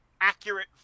accurate